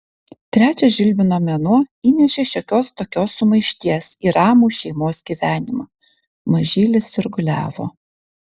trečias žilvino mėnuo įnešė šiokios tokios sumaišties į ramų šeimos gyvenimą mažylis sirguliavo